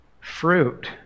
fruit